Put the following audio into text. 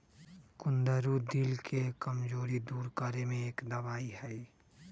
कुंदरू दिल के कमजोरी दूर करे में एक दवाई हई